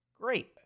Great